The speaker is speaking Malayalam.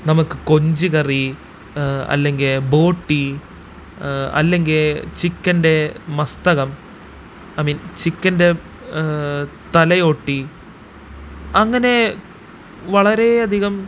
നമുക്ക് കൊഞ്ച് കറി അല്ലെങ്കിൽ ബോട്ടി അല്ലെങ്കിൽ ചിക്കൻ്റെ മസ്തകം ഐ മീൻ ചിക്കൻ്റെ തലയോട്ടി അങ്ങനെ വളരെയധികം